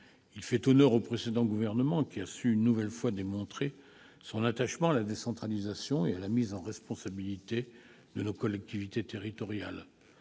Il fait honneur au précédent gouvernement, qui a su une nouvelle fois démontrer son attachement à la décentralisation et à la mise en responsabilité de nos collectivités territoriales.